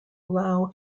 allow